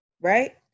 Right